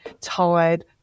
tired